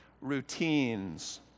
Routines